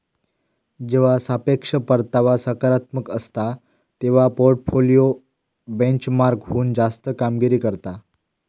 जेव्हा सापेक्ष परतावा सकारात्मक असता, तेव्हा पोर्टफोलिओ बेंचमार्कहुन जास्त कामगिरी करता